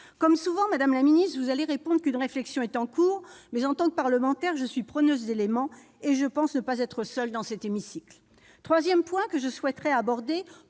Comme souvent, madame la secrétaire d'État, vous allez répondre qu'une réflexion est en cours, mais, en tant que parlementaire, je suis preneuse d'informations, et je pense ne pas être la seule dans cet hémicycle. Le troisième point que je souhaiterais aborder